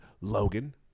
Logan